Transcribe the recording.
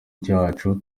cyacu